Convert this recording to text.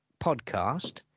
podcast